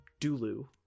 Dulu